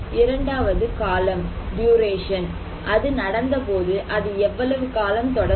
இரண்டாவது காலம் அது நடந்தபோது அது எவ்வளவு காலம் தொடர்ந்தது